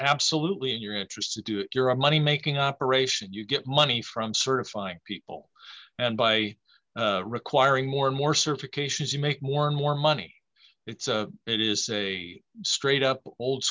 absolutely in your interests to do it you're a money making operation you get money from certifying people and by requiring more and more certifications you make more and more money it's a it is a straight up old